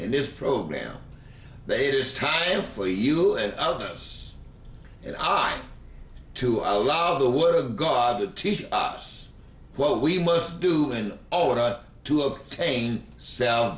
in this program bay it is time for you and others and i to allow the would of god to teach us what we must do in order to obtain s